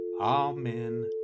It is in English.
Amen